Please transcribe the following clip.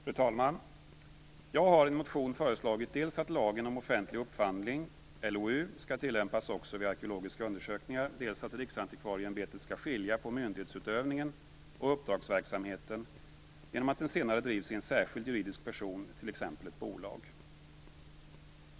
Fru talman! Jag har i en motion föreslagit dels att lagen om offentlig upphandling, LOU, skall tillämpas också vid arkeologiska undersökningar, dels att Riksantikvarieämbetet skall skilja på myndighetsutövningen och uppdragsverksamheten genom att den senare drivs i särskild juridisk person, t.ex. ett bolag.